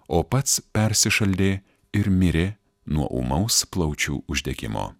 o pats persišaldė ir mirė nuo ūmaus plaučių uždegimo